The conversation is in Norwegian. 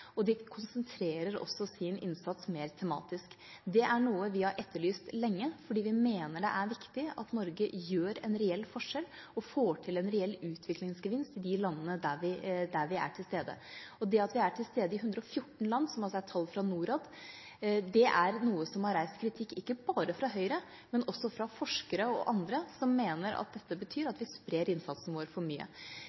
og de konsentrerer også sin innsats mer tematisk. Det er noe vi har etterlyst lenge fordi vi mener det er viktig at Norge gjør en reell forskjell og får til en reell utviklingsgevinst i de landene der vi er til stede. Det at vi er til stede i 114 land – som altså er tall fra Norad – er noe som har reist kritikk, ikke bare fra Høyre, men også fra forskere og andre som mener at dette betyr